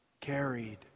Carried